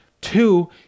Two